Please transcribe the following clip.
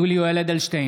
יולי יואל אדלשטיין,